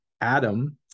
Adam